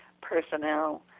personnel